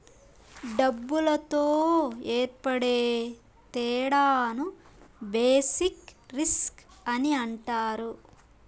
డబ్బులతో ఏర్పడే తేడాను బేసిక్ రిస్క్ అని అంటారు